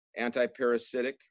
antiparasitic